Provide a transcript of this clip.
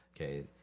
okay